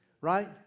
right